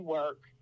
work